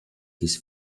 his